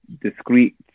discreet